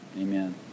Amen